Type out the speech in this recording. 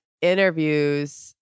interviews